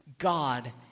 God